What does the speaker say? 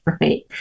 right